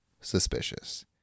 suspicious